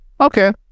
Okay